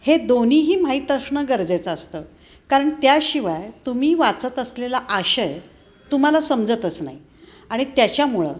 हे दोन्हीही माहीत असणं गरजेचं असतं कारण त्याशिवाय तुम्ही वाचत असलेला आशय तुम्हाला समजतच नाही आणि त्याच्यामुळं